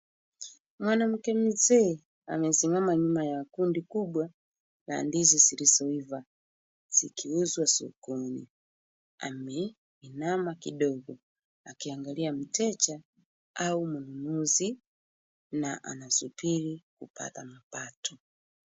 Mwanamke mzee amesimama nyuma ya kundi kubwa na ndizi zilizoiva zikiuzwa sokoni. Ameinama kidogo akiangalia mteja au mnunuzi na anasubiri kupata mapato.